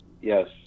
Yes